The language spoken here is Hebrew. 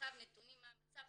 מעקב על נתונים מה המצב,